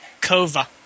Kova